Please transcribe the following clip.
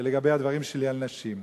לגבי הדברים שלי על נשים.